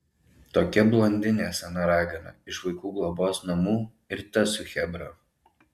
tokia blondinė sena ragana iš vaikų globos namų ir tas su chebra